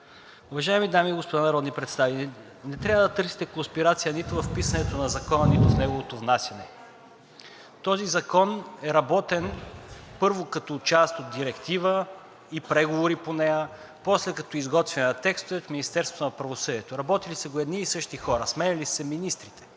Уважаеми дами и господа народни представители, не трябва да търсите конспирация нито в писането на Закона, нито в неговото внасяне. Този закон е работен, първо, като част от Директива и преговори по нея, после, като изготвяне на текстове в Министерството на правосъдието. Работели са го едни и същи хора – сменяли са се министрите.